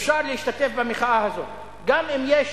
שאפשר להשתתף במחאה הזאת גם אם יש